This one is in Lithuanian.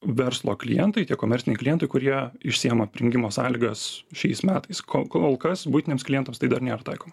verslo klientai tie komerciniai klientai kurie išsiema prijungimo sąlygas šiais metais kol kol kas buitiniams klientams tai dar nėra taikoma